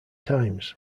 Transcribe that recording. times